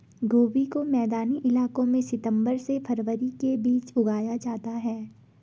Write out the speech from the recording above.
गोभी को मैदानी इलाकों में सितम्बर से फरवरी के बीच उगाया जाता है